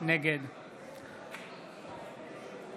נגד מיכל מרים